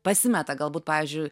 pasimeta galbūt pavyzdžiui